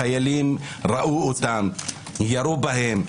החיילים יראו אותם, ירו בהם.